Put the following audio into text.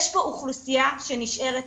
יש פה אוכלוסייה שנשארת